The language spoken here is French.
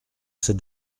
ces